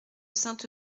saint